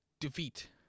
defeat